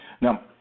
Now